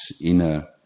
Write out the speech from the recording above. inner